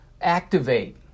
activate